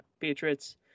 patriots